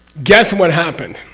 guess what happened?